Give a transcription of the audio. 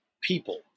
people